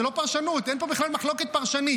זאת לא פרשנות, אין פה בכלל מחלוקת פרשנית.